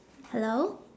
hello